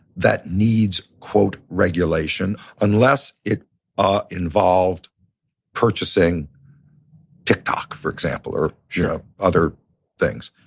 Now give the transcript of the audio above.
that needs, quote, regulation. unless it ah involved purchasing tiktok, for example, or, you know, other things.